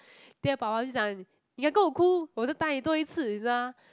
then 我爸爸就讲你敢跟我哭我就打你多一次你知道吗